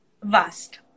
vast